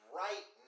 right